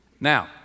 Now